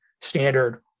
standard